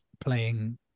playing